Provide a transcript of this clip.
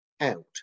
out